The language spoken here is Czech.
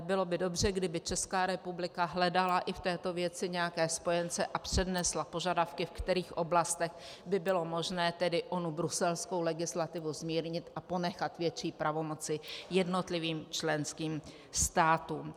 Bylo by dobře, kdyby ČR hledala i v této věci nějaké spojence a přednesla požadavky, v kterých oblastech by bylo možné onu bruselskou legislativu zmírnit a ponechat větší pravomoci jednotlivým členským státům.